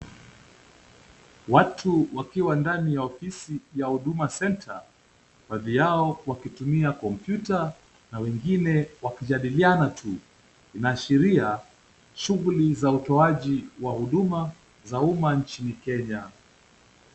Watu wakiwa ndani ya ofisi ya Huduma Center, baadhi yao wakitumia kompyuta na wengine wakijadiliana tu, inaashiria shughuli za utoaji wa huduma za umma nchini Kenya.